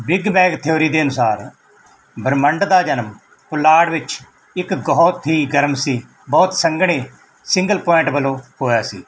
big bang theory ਦੇ ਅਨੁਸਾਰ ਬ੍ਰਹਿਮੰਡ ਦਾ ਜਨਮ ਪੁਲਾੜ ਵਿੱਚ ਇੱਕ ਬਹੁਤ ਹੀ ਗਰਮ ਸੀ ਬਹੁਤ ਸੰਘਣੇ ਸਿੰਗਲ ਪੁਆਇੰਟ ਵੱਲੋਂ ਹੋਇਆ ਸੀ